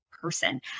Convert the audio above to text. person